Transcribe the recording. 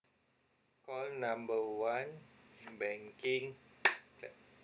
call number one banking clap